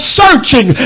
searching